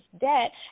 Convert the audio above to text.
debt